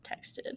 texted